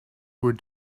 where